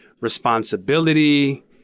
responsibility